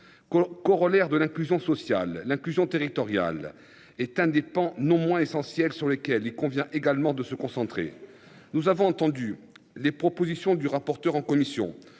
corollaire de l'inclusion sociale l'inclusion territoriale est un dépend non moins essentiels sur lesquels il convient également de se concentrer. Nous avons entendu les propositions du rapporteur en commission